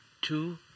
two